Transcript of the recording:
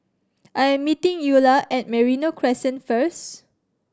I am meeting Eulah at Merino Crescent first